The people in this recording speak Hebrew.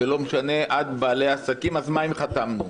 עד בעלי עסקים אז מה אם חתמנו.